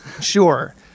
Sure